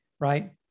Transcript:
right